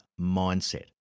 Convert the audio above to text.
mindset